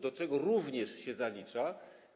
Do tego zalicza się również